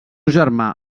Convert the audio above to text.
germà